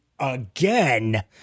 Again